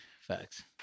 Facts